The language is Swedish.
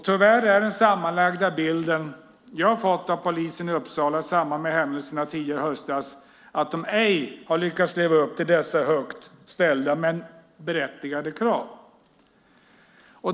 Tyvärr är den sammanlagda bild jag har fått av polisen i samband med händelserna i Uppsala tidigare i höstas att de ej har lyckats leva upp till dessa högt ställda men berättigade krav.